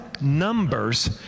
numbers